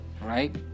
right